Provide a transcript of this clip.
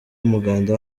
umuganda